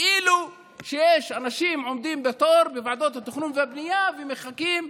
כאילו שיש אנשים שעומדים בתור בוועדות התכנון והבנייה ומחכים,